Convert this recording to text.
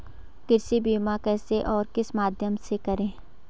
कृषि बीमा कैसे और किस माध्यम से करें?